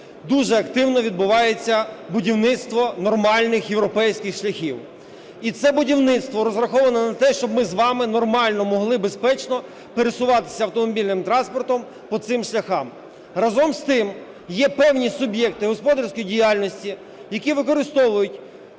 дуже активно відбувається будівництво нормальних європейських шляхів. І це будівництво розраховано на те, щоб ми з вами нормально могли безпечно пересуватися автомобільним транспортом по цим шляхам. Разом з тим, є певні суб'єкти господарської діяльності, які використовують